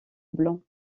blanc